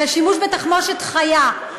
בשימוש בתחמושת חיה.